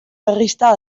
berrizta